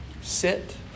Sit